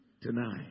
tonight